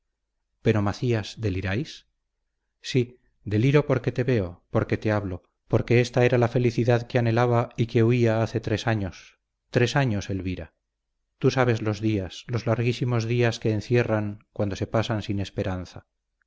pero macías deliráis sí deliro porque te veo porque te hablo porque ésta era la felicidad que anhelaba y que huía hace tres años tres años elvira tú sabes los días los larguísimos días que encierran cuando se pasan sin esperanza